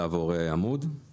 אנחנו